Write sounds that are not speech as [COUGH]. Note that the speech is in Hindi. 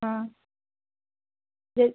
हाँ [UNINTELLIGIBLE]